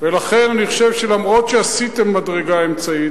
ולכן אני חושב שאף-על-פי שעשיתם מדרגה אמצעית,